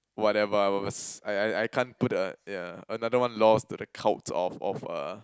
whatever I was I I I can't put a yeah another one lost to the cult of of a